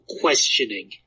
questioning